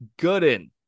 Gooden